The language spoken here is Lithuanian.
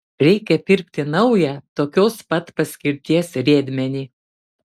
reikia pirkti naują tokios pat paskirties riedmenį